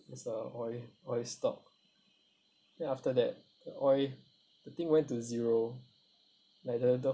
it's a oil oil stock then after that the oil the thing went to zero but then the